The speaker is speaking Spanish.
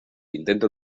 intento